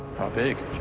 how big?